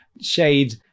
shade